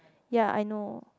ya I know